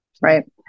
Right